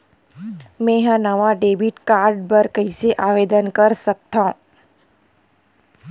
मेंहा नवा debit card बर कैसे आवेदन कर सकथव?